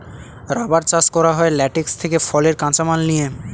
rubber চাষ করা হয় ল্যাটেক্স থেকে ফলের কাঁচা মাল নিয়ে